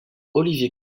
oliver